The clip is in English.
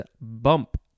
bump